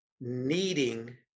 needing